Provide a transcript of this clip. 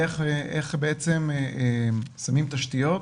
איך בעצם שמים תשתיות,